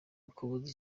ukuboza